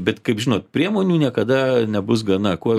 bet kaip žinot priemonių niekada nebus gana kuo